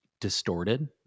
distorted